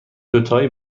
دوتایی